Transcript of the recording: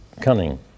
cunning